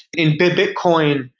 in bitcoin,